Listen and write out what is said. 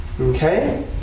Okay